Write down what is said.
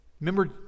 Remember